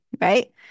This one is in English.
right